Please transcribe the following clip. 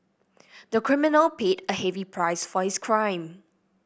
the criminal paid a heavy price for his crime